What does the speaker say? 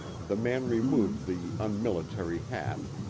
the man removed the unmilitary hat,